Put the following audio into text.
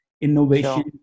innovation